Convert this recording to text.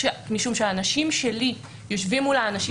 משום שהאנשים שלי יושבים מול האנשים